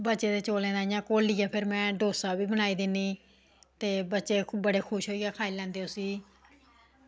ते बचे दे चौलें दा फिर बनाइयै में डोसा बी बनाई दिन्नी ते बच्चे बड़े खुश होइयै खाई लैंदे उसी